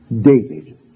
David